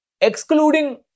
excluding